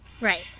Right